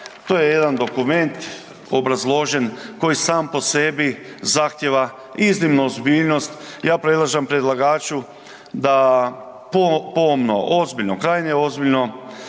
To je jedan dokument obrazložen koji sam po sebi zahtijeva i iznimnu ozbiljnost, ja predlažem predlagaču da pomno, ozbiljno, krajnje ozbiljno